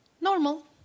normal